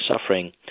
suffering